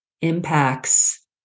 impacts